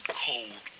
cold